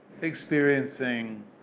experiencing